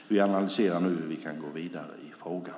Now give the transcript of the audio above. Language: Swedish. Vi analyserar nu hur vi kan gå vidare i frågan.